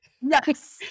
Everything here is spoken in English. yes